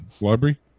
library